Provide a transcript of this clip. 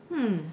mm